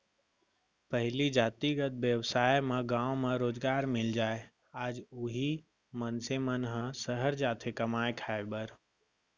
पहिली जातिगत बेवसाय म गाँव म रोजगार मिल जाय आज उही मनसे मन ह सहर जाथे कमाए खाए बर